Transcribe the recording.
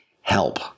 help